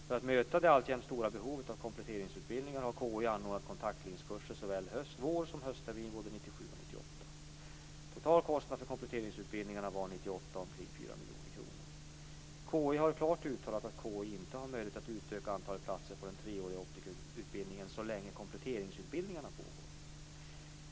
För att möta det alltjämt stora behovet av kompletteringsutbildningar har KI anordnat kontaktlinskurser såväl vår som hösttermin både 1997 och 1998. Total kostnad för kompletteringsutbildningarna var 1998 omkring 4 miljoner kronor. KI har klart uttalat att KI inte har möjlighet att utöka antalet platser på den treåriga optikerutbildningen så länge kompletteringsutbildningarna pågår.